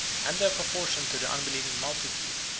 and their proportion to the unbelieving multitude,